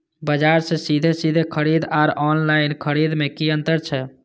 बजार से सीधे सीधे खरीद आर ऑनलाइन खरीद में की अंतर छै?